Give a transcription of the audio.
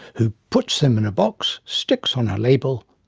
who puts them in a box, sticks on a label,